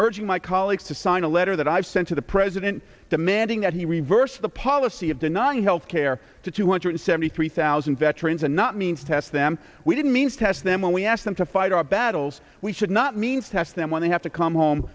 urging my colleagues to sign a letter that i've sent to the president demanding that he reverse the policy of denying health care to two hundred seventy three thousand veterans and not means test them we didn't means test them when we asked them to fight our battles we should not means test them when they have to come home